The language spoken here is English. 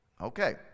Okay